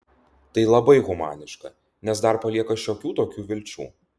tai labai humaniška nes dar palieka šiokių tokių vilčių